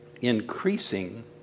Increasing